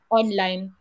online